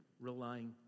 relying